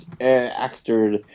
actor